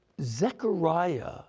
Zechariah